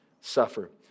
suffer